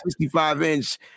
65-inch